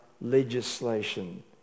legislation